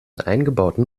eingebauten